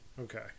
Okay